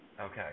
Okay